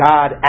God